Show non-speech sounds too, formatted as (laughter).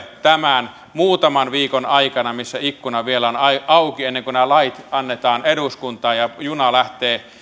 (unintelligible) tämän muutaman viikon aikana kun ikkuna vielä on auki ennen kuin nämä lait annetaan eduskuntaan ja juna lähtee